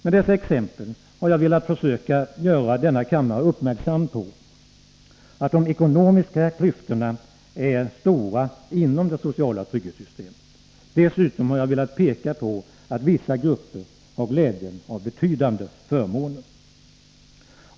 Med dessa exempel har jag velat försöka göra denna kammare uppmärksam på att de ekonomiska klyftorna är stora inom det sociala trygghetssystemet. Dessutom har jag velat peka på att vissa grupper har glädjen av betydande förmåner.